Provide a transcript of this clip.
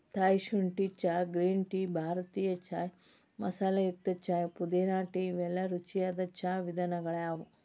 Thai ಶುಂಠಿ ಚಹಾ, green tea, ಭಾರತೇಯ ಚಾಯ್ ಮಸಾಲೆಯುಕ್ತ ಚಹಾ, ಪುದೇನಾ ಟೇ ಇವೆಲ್ಲ ರುಚಿಯಾದ ಚಾ ವಿಧಗಳಗ್ಯಾವ